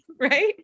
Right